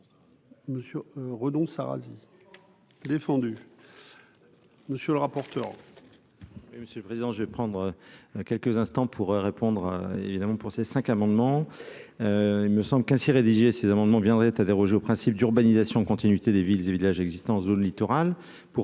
monsieur renonce Arazi défendu monsieur le rapporteur. Monsieur le président je vais prendre quelques instants pour répondre, évidemment, pour ces cinq amendements, il me semble qu'ainsi rédigés ces amendements viendrait à déroger au principe d'urbanisation continuité des villes et villages existants zone littorale